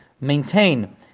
maintain